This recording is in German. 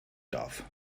darf